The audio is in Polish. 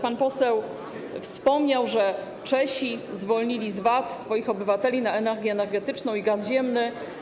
Pan poseł wspomniał, że Czesi zwolnili swoich obywateli z VAT na energię energetyczną i gaz ziemny.